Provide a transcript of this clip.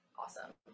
awesome